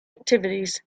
activities